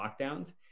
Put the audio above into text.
lockdowns